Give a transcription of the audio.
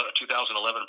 2011